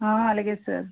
అలాగే సార్